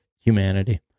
humanity